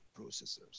processors